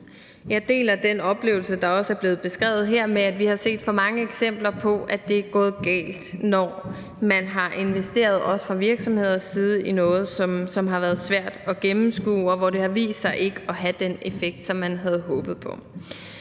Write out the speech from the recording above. Jeg deler den oplevelse, der også er blevet beskrevet her, af, at vi har set for mange eksempler på, at det er gået galt, når man, også fra virksomheders side, har investeret i noget, som har været svært at gennemskue, og hvor det har vist sig ikke at have den effekt, som man havde håbet på.